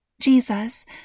Jesus